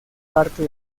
parte